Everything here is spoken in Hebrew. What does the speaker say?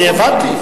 אני הבנתי.